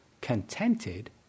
contented